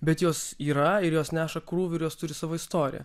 bet jos yra ir jos neša krūvį ir jos turi savo istoriją